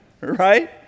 right